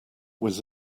was